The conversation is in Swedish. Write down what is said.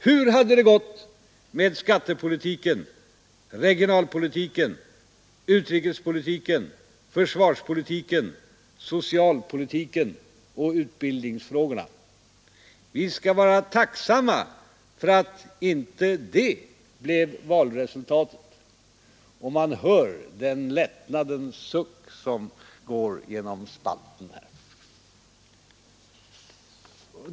Hur hade det gått med skattepolitiken, regionalpolitiken, utrikespolitiken, försvarspolitiken, socialoch utbildningsfrågorna? Vi skall vara tacksamma för att inte det blev valresultatet.” Och man hör den lättnadens suck som går genom spalten här.